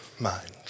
minds